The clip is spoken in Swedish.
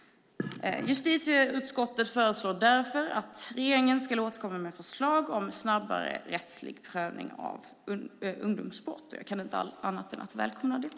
Justitieutskottet föreslår därför att regeringen ska återkomma med förslag om snabbare rättslig prövning av ungdomsbrott. Jag kan inte annat än välkomna det.